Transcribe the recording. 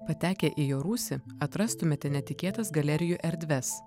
patekę į jo rūsį atrastumėte netikėtas galerijų erdves